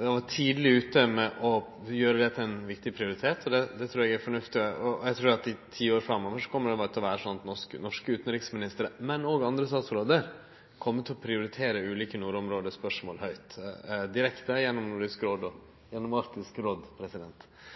var tidleg ute med å gjere dette til ein viktig prioritet, og det trur eg er fornuftig. Eg trur at det i ti år framover kjem til å vere slik at norske utanriksministrar, og også andre statsrådar, kjem til å prioritere ulike nordområdespørsmål høgt direkte gjennom